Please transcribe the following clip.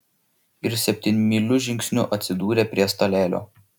ir septynmyliu žingsniu atsidūrė prie stalelio